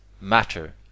matter